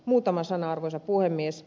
muutama sana arvoisa puhemies